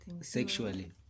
Sexually